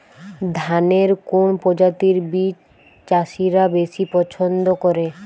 ধানের কোন প্রজাতির বীজ চাষীরা বেশি পচ্ছন্দ করে?